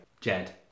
Jed